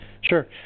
Sure